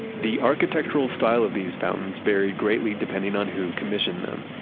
the architectural style of these fountains vary greatly depending on who commissioned them,